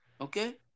okay